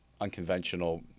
unconventional